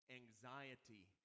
anxiety